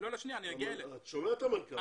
אתה שומע את המנכ"ל.